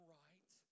right